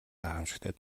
гайхамшигтай